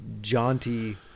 jaunty